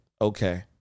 Okay